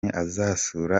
azasura